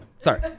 Sorry